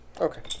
Okay